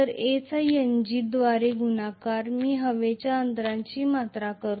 A चा Ng द्वारे गुणाकार मी हवेच्या अंतराची मात्रा लिहितो